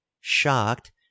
Shocked